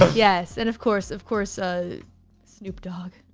yes, and of course of course ah snoop dogg.